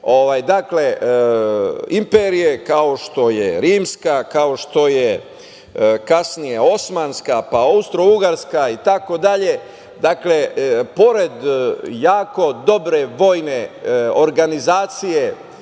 druge imperije, kao što je rimska, kao što je kasnije osmanska, pa austrougarska itd, pored jako dobre vojne organizacije